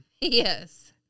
Yes